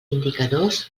indicadors